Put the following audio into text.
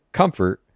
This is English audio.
comfort